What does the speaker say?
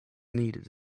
needed